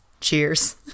Cheers